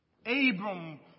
Abram